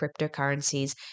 cryptocurrencies